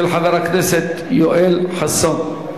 של חבר הכנסת יואל חסון.